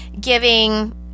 giving